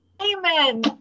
amen